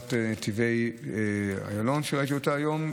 חברת נתיבי איילון, שראיתי אותה היום,